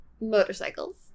motorcycles